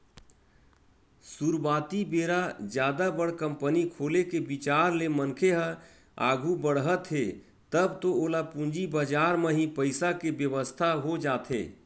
सुरुवाती बेरा जादा बड़ कंपनी खोले के बिचार ले मनखे ह आघू बड़हत हे तब तो ओला पूंजी बजार म ही पइसा के बेवस्था हो जाथे